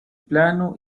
plano